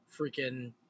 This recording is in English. freaking